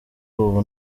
ubu